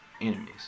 enemies